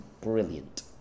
Brilliant